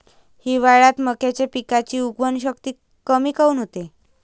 हिवाळ्यात मक्याच्या पिकाची उगवन शक्ती कमी काऊन होते?